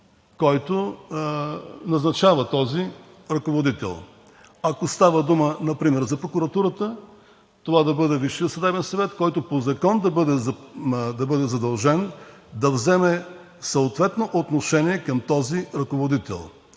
който назначава този ръководител. Ако става дума например за прокуратурата, това да бъде Висшият съдебен съвет, който по закон да бъде задължен да вземе съответно отношение към този ръководител.